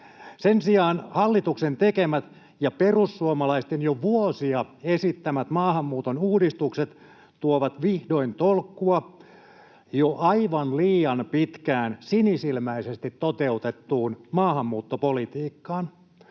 Sen sijaan hallituksen tekemät ja perussuomalaisten jo vuosia esittämät maahanmuuton uudistukset tuovat vihdoin tolkkua jo aivan liian pitkään sinisilmäisesti toteutettuun maahanmuuttopolitiikkaan.